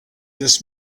this